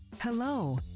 Hello